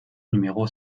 numéro